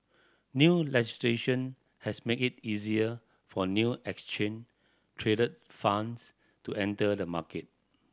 new legislation has made it easier for new exchange traded funds to enter the market